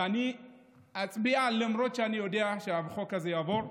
ואני אצביע למרות שאני יודע שהחוק הזה יעבור,